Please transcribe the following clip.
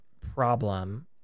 problem